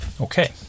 Okay